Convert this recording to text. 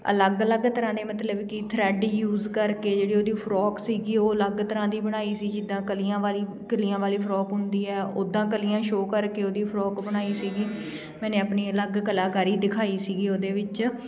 ਅਲੱਗ ਅਲੱਗ ਤਰ੍ਹਾਂ ਦੇ ਮਤਲਬ ਕਿ ਥਰੈਡ ਯੂਜ ਕਰਕੇ ਜਿਹੜੀ ਉਹਦੀ ਫਰੋਕ ਸੀਗੀ ਉਹ ਅਲੱਗ ਤਰ੍ਹਾਂ ਦੀ ਬਣਾਈ ਸੀ ਜਿੱਦਾਂ ਕਲੀਆਂ ਵਾਲੀ ਕਲੀਆਂ ਵਾਲੀ ਫਰੋਕ ਹੁੰਦੀ ਹੈ ਉੱਦਾਂ ਕਲੀਆਂ ਸ਼ੋ ਕਰਕੇ ਉਹਦੀ ਫਰੋਕ ਬਣਾਈ ਸੀਗੀ ਮੈਨੇ ਆਪਣੀ ਅਲੱਗ ਕਲਾਕਾਰ ਹੀ ਦਿਖਾਈ ਸੀਗੀ ਉਹਦੇ ਵਿੱਚ